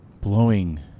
blowing